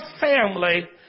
family